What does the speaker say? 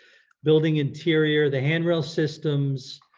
building interior, the handrail systems